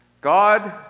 God